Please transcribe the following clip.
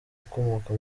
ukomoka